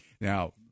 Now